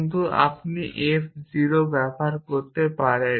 কিন্তু আপনি f 0 ব্যবহার করতে পারেন